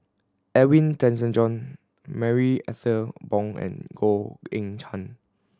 Edwin Tessensohn Marie Ethel Bong and Goh Eng Han